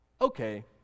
okay